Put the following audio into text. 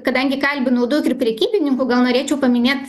kadangi kalbinau daug ir prekybininkų gal norėčiau paminėt